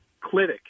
clinic